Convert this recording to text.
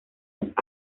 los